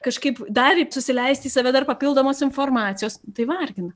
kažkaip dar susileisti į save dar papildomos informacijos tai vargina